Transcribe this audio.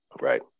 right